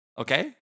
Okay